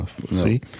See